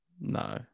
No